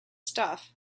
stuff